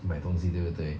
买东西对不对